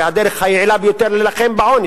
זו הדרך היעילה להילחם בעוני,